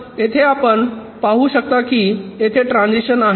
तर येथे आपण पाहू शकता की येथे एक ट्रान्झिशन आहे